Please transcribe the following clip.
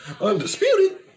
Undisputed